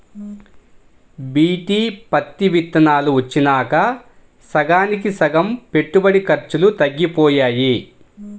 BT పత్తి విత్తనాలు వచ్చినాక సగానికి సగం పెట్టుబడి ఖర్చులు తగ్గిపోయాయి